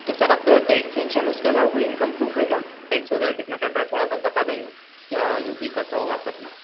तो सर आपका टैक्सेंशन उसके अलावा कोई इनकम प्रूफ है क्या टेक्स वगैरह कितना कटा थोड़ा सा बता देंगे या जो भी कटा होगा आपका अपना